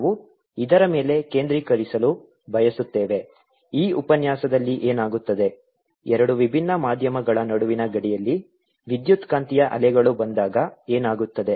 ನಾವು ಇದರ ಮೇಲೆ ಕೇಂದ್ರೀಕರಿಸಲು ಬಯಸುತ್ತೇವೆ ಈ ಉಪನ್ಯಾಸದಲ್ಲಿ ಏನಾಗುತ್ತದೆ ಎರಡು ವಿಭಿನ್ನ ಮಾಧ್ಯಮಗಳ ನಡುವಿನ ಗಡಿಯಲ್ಲಿ ವಿದ್ಯುತ್ಕಾಂತೀಯ ಅಲೆಗಳು ಬಂದಾಗ ಏನಾಗುತ್ತದೆ